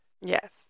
Yes